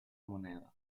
moneda